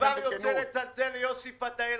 אני כבר יוצא לצלצל ליוסי פתאל,